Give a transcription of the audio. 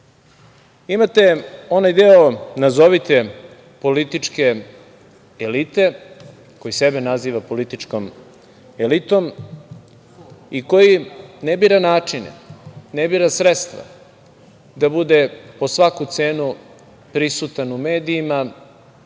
imate onaj deo, nazovite političke elite, koji sebe naziva političkom elitom i koji ne bira načine, ne bira sredstva da bude po svaku cenu prisutan u medijima